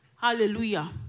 Hallelujah